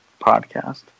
podcast